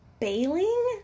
Bailing